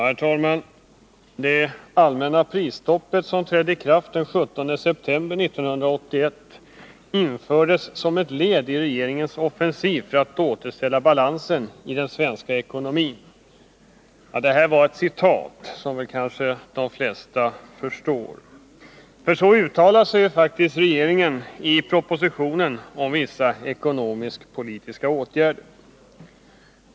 Herr talman! ”Det allmänna prisstoppet, som trädde i kraft den 17 september 1981, infördes som ett led i regeringens offensiv för att återställa balansen i den svenska ekonomin.” Att detta var ett citat kanske de flesta förstår. Så uttalar sig faktiskt regeringen i propositionen om vissa ekonomisk-politiska åtgärder.